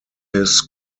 his